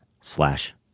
slash